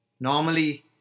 Normally